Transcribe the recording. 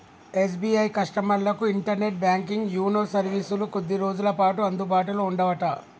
SBI కస్టమర్లకు internet banking YONO సర్వీసులు కొద్ది రోజులపాటు అందుబాటులో ఉండవట